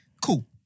Cool